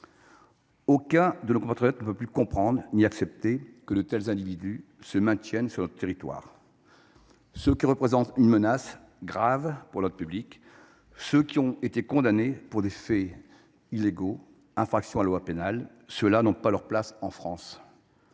Aucun de nos compatriotes ne peut plus comprendre ni accepter que de tels individus se maintiennent sur notre territoire. Ceux qui représentent une menace grave pour l’ordre public, ceux qui ont été condamnés pour des infractions à la loi pénale, ceux là n’ont pas leur place en France.